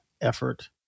effort